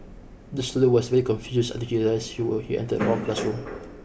the student was very confused he were he entered wrong classroom